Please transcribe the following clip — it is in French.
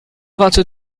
vingt